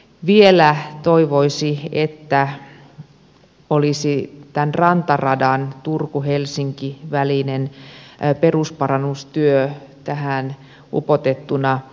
vielä toivoisi että olisi tämän rantaradan turkuhelsinki välinen perusparannustyö tähän upotettuna